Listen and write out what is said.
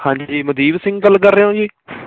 ਹਾਂਜੀ ਮਨਦੀਪ ਸਿੰਘ ਗੱਲ ਕਰ ਰਹੇ ਹੋ ਜੀ